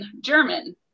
German